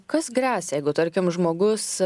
kas gresia jeigu tarkim žmogus